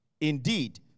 Indeed